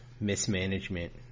mismanagement